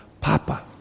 papa